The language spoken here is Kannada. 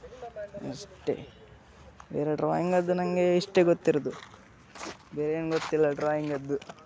ಅಷ್ಟೇ ಬೇರೆ ಡ್ರಾಯಿಂಗದು ನನಗೆ ಇಷ್ಟೇ ಗೊತ್ತಿರೋದು ಬೇರೇನೂ ಗೊತ್ತಿಲ್ಲ ಡ್ರಾಯಿಂಗದ್ದು